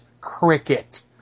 cricket